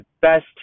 best